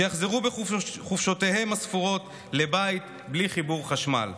שיחזרו בחופשותיהם הספורות לבית בלי חיבור חשמל.